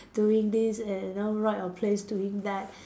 doing this and you know right or place doing that